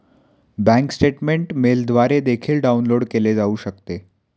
bank statement मेलद्वारे देखील download केले जाऊ शकते